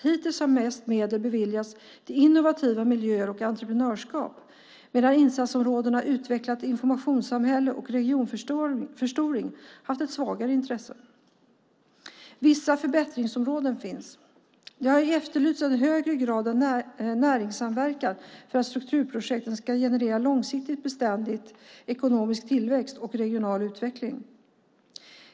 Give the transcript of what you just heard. Hittills har mest medel beviljats till innovativa miljöer och entreprenörskap, medan insatsområdena Utvecklat informationssamhälle och Regionförstoring haft ett svagare intresse. Vissa förbättringsområden finns. Det har efterlysts en högre grad av näringssamverkan för att strukturprojekten ska generera långsiktigt beständig ekonomisk tillväxt och regional utveckling.